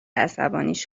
عصبانیش